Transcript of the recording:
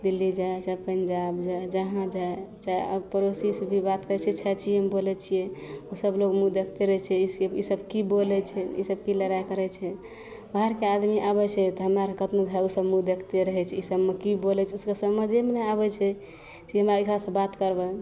दिल्ली जाए चाहे पञ्जाब जाए जहाँ जाए चाहे अब पड़ोसीसे भी बात करै छिए छै छिएमे बोलै छिए तऽ सभलोक मुँह देखिते रहै छै ईसब कि बोलै छै ईसब कि लड़ाइ करै छै बाहरके आदमी आबै छै तऽ हमरा आओरके अपने घरोसबमे देखते रहै छै ईसबमे कि बोलै छै ओकरा समझेमे नहि आबै छै से हमरा एकरासे बात करबै